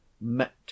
met